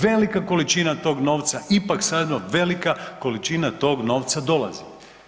Velika količina tog novca ipak … [[Govornik se ne razumije]] velika količina tog novca dolazi.